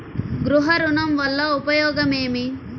గృహ ఋణం వల్ల ఉపయోగం ఏమి?